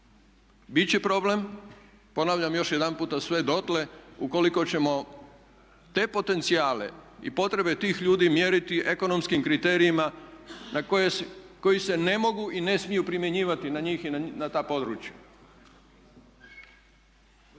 Bit će problem ponavljam još jedanputa sve dotle ukoliko ćemo te potencijale i potrebe tih ljudi mjeriti ekonomskim kriterijima koji se ne mogu i ne smiju primjenjivati na njih i na ta područja.